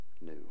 new